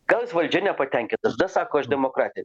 gal jis valdžia nepatenkintas sako aš demokratija